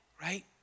right